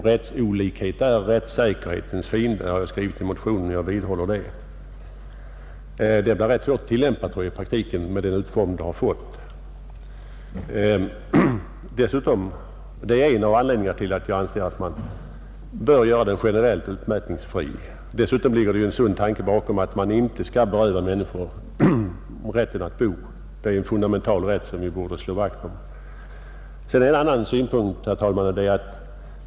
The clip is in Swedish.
”Rättsolikhet är rättssäkerhetens fiende” har jag skrivit i motionen, och jag vidhåller det. Med den utformning denna lagbestämmelse fått tror jag att den blir rätt svår att tillämpa i praktiken, och det är en av anledningarna till att jag anser att bostadsrätten bör göras generellt utmätningsfri. Dessutom ligger det en sund tanke bakom — att man inte skall beröva människor rätten att bo. Det är en fundamental rätt som vi borde slå vakt om. En annan synpunkt är, herr talman, följande.